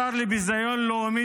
השר לביזיון לאומי,